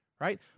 right